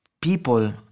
people